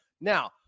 Now